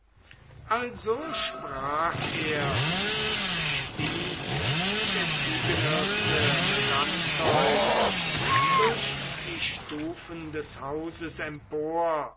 also sprach er und stieg der ziegenhirte melantheus durch die stufen des hauses empor